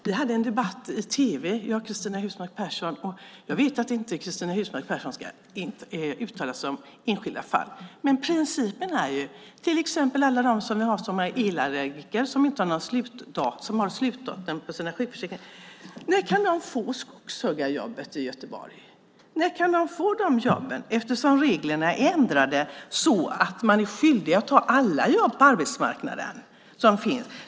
Vi hade en debatt i tv jag och Cristina Husmark Pehrsson. Jag vet att Cristina Husmark Pehrsson inte ska uttala sig om enskilda fall, men om principen. När kan alla de som är elallergiker till exempel och har slutdatum på sina sjukförsäkringar få skogshuggarjobb i Göteborg? När kan de få de jobben? Reglerna är ju ändrade så att man är skyldig att ta alla jobb på arbetsmarknaden.